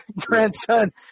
grandson